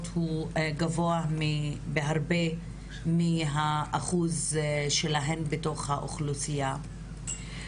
הוא גבוה בהרבה מהאחוז שלהן בתוך האוכלוסיה.